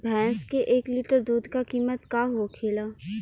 भैंस के एक लीटर दूध का कीमत का होखेला?